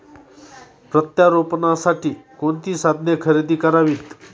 प्रत्यारोपणासाठी कोणती साधने खरेदी करावीत?